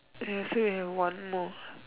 okay so we have one more